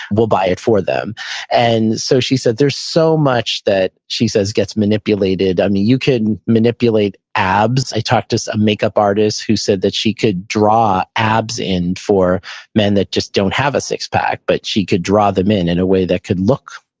will buy it for them and so she says there's so much that she says gets manipulated. um you you can manipulate abs. i talked to so a makeup artist who said that she could draw abs in four men that just don't have a six pack, but she could draw them in in a way that could look,